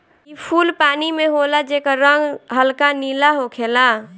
इ फूल पानी में होला जेकर रंग हल्का नीला होखेला